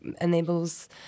enables